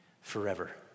forever